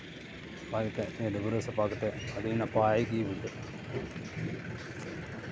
ᱚᱱᱠᱟ ᱠᱟᱛᱮ ᱰᱟᱹᱵᱽᱨᱟᱹᱜ ᱥᱟᱯᱷᱟ ᱠᱟᱛᱮ ᱟᱹᱰᱤ ᱱᱟᱯᱟᱭ ᱜᱮ ᱵᱩᱡᱷᱟᱹᱜᱼᱟ